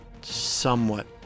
somewhat